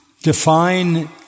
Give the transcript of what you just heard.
define